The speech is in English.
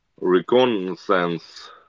reconnaissance